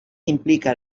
implica